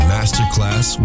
Masterclass